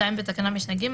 (2) בתקנת משנה (ג),